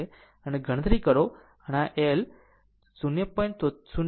જો ગણતરી કરો આ એલ 0